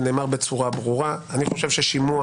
ונאמר בצורה ברורה אני חושב ששימוע